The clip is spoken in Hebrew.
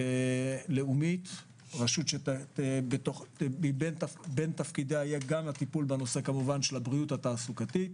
רשות שבין תפקידיה הטיפול בבריאות תעסוקתית.